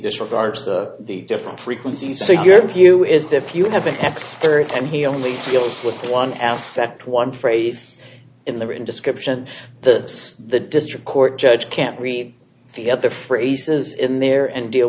disregards the different frequencies so your view is that if you have an x per time he only deals with one aspect one phrase in the written description the the district court judge can't read the other phrases in there and deal